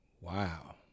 wow